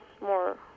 more